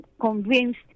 convinced